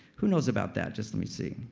who knows about that? just let me see.